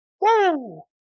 Woo